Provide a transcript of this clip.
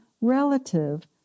relative